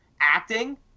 acting